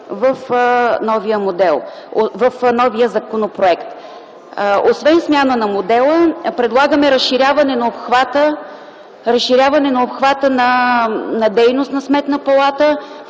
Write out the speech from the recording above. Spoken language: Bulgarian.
в новия законопроект. Освен смяна на модела, предлагаме разширяване на обхвата на дейност на Сметната палата.